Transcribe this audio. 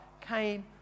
came